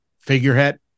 figurehead